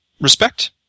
respect